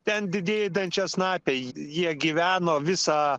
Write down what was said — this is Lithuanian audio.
ten didieji dančiasnapiai jie gyveno visą